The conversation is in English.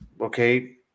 okay